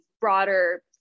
broader